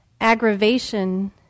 aggravation